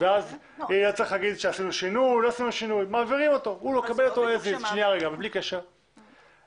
זה פותר לנו את הסוגיה של החוזה.